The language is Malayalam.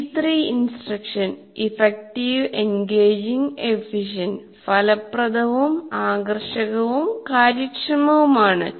E3 instruction effective engaging efficient ഫലപ്രദവും ആകർഷകവും കാര്യക്ഷമവുമാണ്